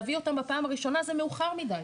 להביא אותם בפעם הראשונה זה מאוחר מידי.